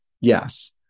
Yes